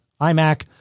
iMac